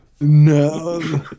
no